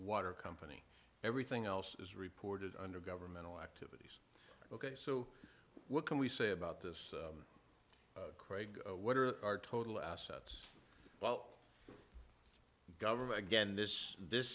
water company everything else is reported under governmental activities ok so what can we say about this craig what are our total assets well government again this this